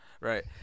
Right